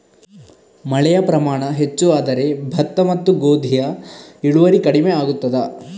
ಮಳೆಯ ಪ್ರಮಾಣ ಹೆಚ್ಚು ಆದರೆ ಭತ್ತ ಮತ್ತು ಗೋಧಿಯ ಇಳುವರಿ ಕಡಿಮೆ ಆಗುತ್ತದಾ?